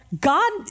God